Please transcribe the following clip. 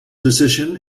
decision